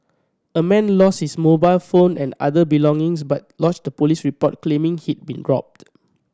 a man lost his mobile phone and other belongings but lodged a police report claiming he'd been robbed